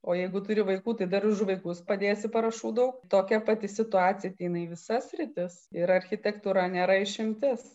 o jeigu turi vaikų tai dar už vaikus padėsi parašų daug tokia pati situacija ateina visas sritis ir architektūra nėra išimtis